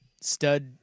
stud